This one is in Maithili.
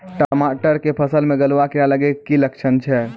टमाटर के फसल मे गलुआ कीड़ा लगे के की लक्छण छै